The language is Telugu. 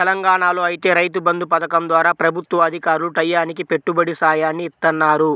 తెలంగాణాలో ఐతే రైతు బంధు పథకం ద్వారా ప్రభుత్వ అధికారులు టైయ్యానికి పెట్టుబడి సాయాన్ని ఇత్తన్నారు